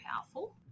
powerful